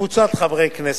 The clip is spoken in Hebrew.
וקבוצת חברי הכנסת.